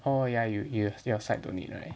oh ya you you your side don't need right